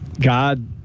God